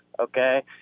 okay